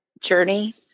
journey